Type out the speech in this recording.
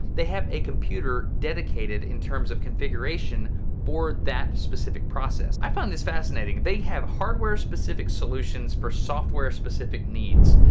they have a computer dedicated in terms of configuration for that specific process. i found this fascinating. they have hardware specific solutions for software specific needs.